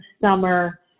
summer